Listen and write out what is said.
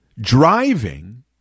driving